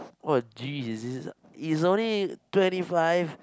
what geez is this it's only twenty five